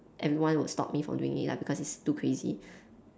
everyone will stop me from doing it lah because it's too crazy